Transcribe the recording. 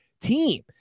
team